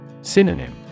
Synonym